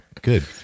good